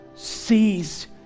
sees